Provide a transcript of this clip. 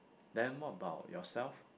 then more about yourself